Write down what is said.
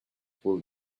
pull